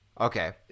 okay